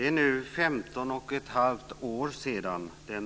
Fru talman!